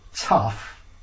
tough